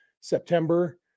September